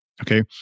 okay